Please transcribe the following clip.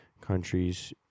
countries